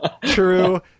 True